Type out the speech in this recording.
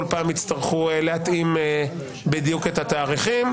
פעם יצטרכו להתאים בדיוק את התאריכים.